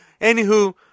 Anywho